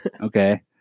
Okay